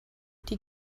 die